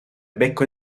becco